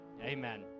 amen